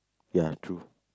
ya true